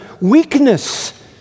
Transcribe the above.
weakness